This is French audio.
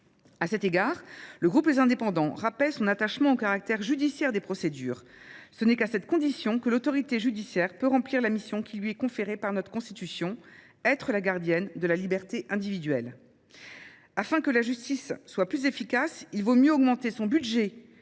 A cet égard, le groupe les indépendants rappelle son attachement au caractère judiciaire des procédures. Ce n'est qu'à cette condition que l'autorité judiciaire peut remplir la mission qui lui est conférée par notre Constitution, être la gardienne de la liberté individuelle. Afin que la justice soit plus efficace, il vaut mieux augmenter son budget